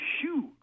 huge